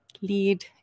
lead